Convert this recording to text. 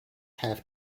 have